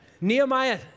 Nehemiah